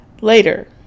Later